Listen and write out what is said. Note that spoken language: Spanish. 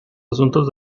asuntos